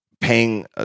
paying